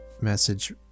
message